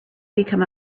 become